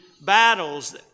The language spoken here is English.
battles